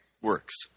Works